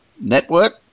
Network